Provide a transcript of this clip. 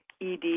ED